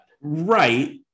right